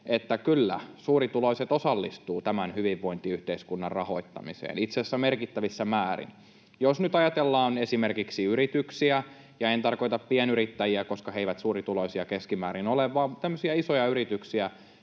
että kyllä, suurituloiset osallistuvat tämän hyvinvointiyhteiskunnan rahoittamiseen, itse asiassa merkittävissä määrin. Jos nyt ajatellaan esimerkiksi yrityksiä — ja en tarkoita pienyrittäjiä, koska he eivät keskimäärin ole suurituloisia, vaan tämmöisiä isoja yrityksiä